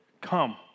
come